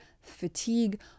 fatigue